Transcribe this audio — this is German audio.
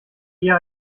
eher